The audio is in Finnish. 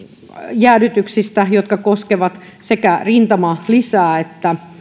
jäädytyksistä jotka koskevat sekä rintamalisää että